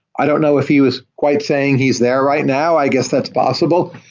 i don't know if he was quite saying he's there right now. i guess that's possible.